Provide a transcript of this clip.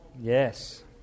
Yes